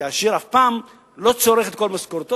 כי העשיר אף פעם לא צורך את כל משכורתו.